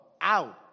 out